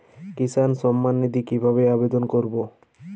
কিষান সম্মাননিধি কিভাবে আবেদন করব?